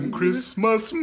Christmas